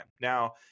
Now